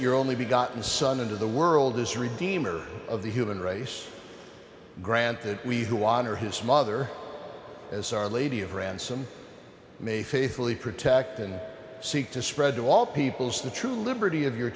your only be gotten son into the world as redeemer of the human race granted we who honor his mother as our lady of ransom may faithfully protect and seek to spread to all peoples the true liberty of your